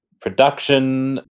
production